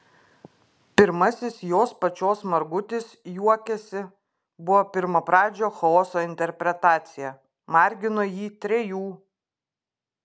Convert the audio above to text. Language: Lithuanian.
pirmasis jos pačios margutis juokiasi buvo pirmapradžio chaoso interpretacija margino jį trejų